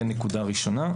זו נקודה ראשונה,